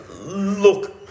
Look